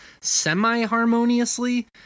semi-harmoniously